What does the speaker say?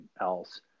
else